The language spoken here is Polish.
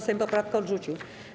Sejm poprawkę odrzucił.